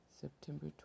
September